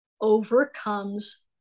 overcomes